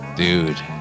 dude